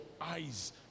eyes